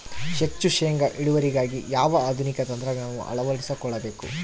ಹೆಚ್ಚು ಶೇಂಗಾ ಇಳುವರಿಗಾಗಿ ಯಾವ ಆಧುನಿಕ ತಂತ್ರಜ್ಞಾನವನ್ನು ಅಳವಡಿಸಿಕೊಳ್ಳಬೇಕು?